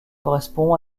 correspond